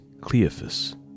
Cleophas